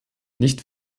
nicht